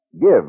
Give